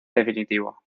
definitivo